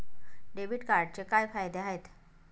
Debit कार्डचे काय फायदे आहेत?